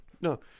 No